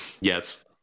Yes